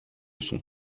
son